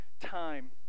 time